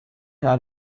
how